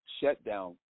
shutdown